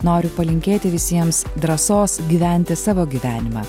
noriu palinkėti visiems drąsos gyventi savo gyvenimą